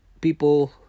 people